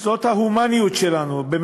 זאת ה"הומניות" שלנו.